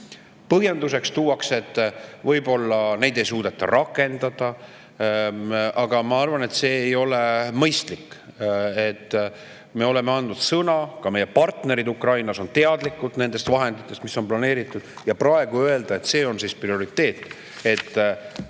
Põhjenduseks tuuakse, et võib-olla neid ei suudeta rakendada. Aga ma arvan, et see ei ole mõistlik. Me oleme andnud sõna, ka meie partnerid Ukrainas on teadlikud nendest vahenditest, mis on planeeritud, ja praegu öelda, et see on prioriteet